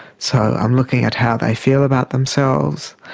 so i'm looking at how they feel about themselves,